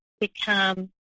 become